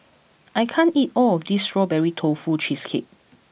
I can't eat all of this Strawberry Tofu Cheesecake